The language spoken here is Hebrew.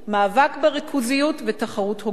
מאבק בריכוזיות ותחרות הוגנת.